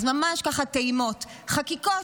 אז ממש, ככה, טעימות: חקיקות,